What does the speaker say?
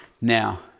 Now